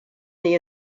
the